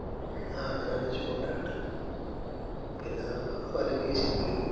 ആ അങ്ങനെയാണ് ചൂണ്ട ഇട്ട് പിന്നെ നമ്മൾ വല വീശി പിടിക്കും